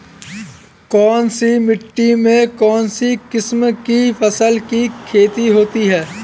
कौनसी मिट्टी में कौनसी किस्म की फसल की खेती होती है?